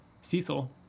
Cecil